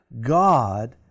God